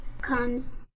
comes